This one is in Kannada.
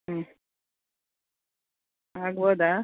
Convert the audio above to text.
ಹ್ಞೂ ಆಗ್ಬೋದಾ